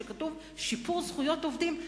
כשכתוב: שיפור זכויות עובדים,